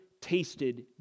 tasted